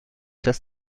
das